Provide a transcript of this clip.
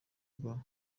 bwa